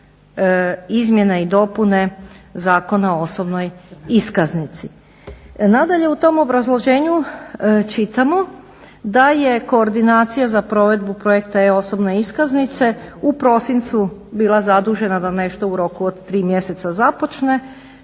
izmjene i dopune Zakona o osobnoj iskaznici. Nadalje u tom obrazloženju čitamo da je koordinacija za provedbu projekta E-osobne iskaznice u prosincu bila zadužena za nešto u roku od tri mjeseca započne,